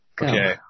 Okay